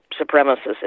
supremacists